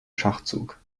schachzug